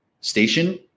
station